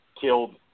killed